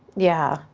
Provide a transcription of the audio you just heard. yeah.